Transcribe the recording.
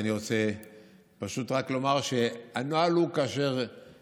אני רוצה פשוט רק לומר שהנוהל הוא שכאשר